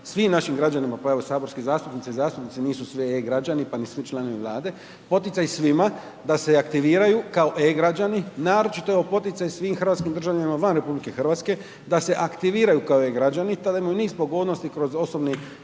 svim našim građanima, pa evo saborski zastupnice i zastupnici nisu sve e-građani, pa nisu članovi vlade, poticaj svima, da se aktiviraju, kao e-građani, naročito evo poticaj svim Hrvatskim državljanima van RH, da se aktiviraju kao e-građani, tada imaju niz pogodnosti, kroz osobni